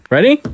Ready